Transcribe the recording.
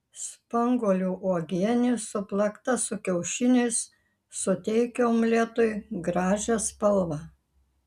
spanguolių uogienė suplakta su kiaušiniais suteikia omletui gražią spalvą